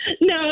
No